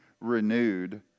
renewed